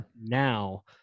Now